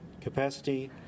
capacity